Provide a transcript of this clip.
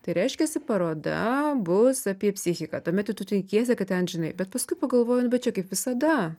tai reiškiasi paroda bus apie psichiką tuomet tu tikiesi kad ten žinai bet paskui pagalvoji nu bet čia kaip visada